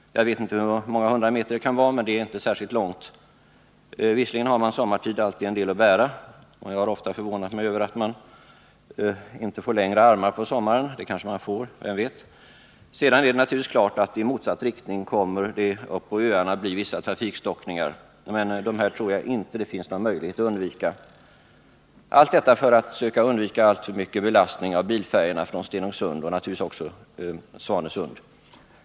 Jag vet inte hur många hundra meter det rör sig om. Det rör sig i varje fall inte om någon särskilt lång sträcka. Visserligen har man alltid en hel del att bära sommartid. Jag har ofta förvånat mig över att armarna inte blir längre av allt bärande på sommaren. Men det kanske de blir — vem vet? Självfallet blir det vissa trafikstockningar i motsatt riktning på öarna. Men jag tror inte att det finns några möjligheter att undvika dessa. Vi måste alltså försöka undvika en alltför stor belastning av bilfärjorna från Stenungsund och naturligtvis också från Svanesund.